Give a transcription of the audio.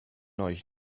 euch